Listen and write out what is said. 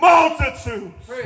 Multitudes